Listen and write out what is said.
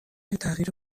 تغییر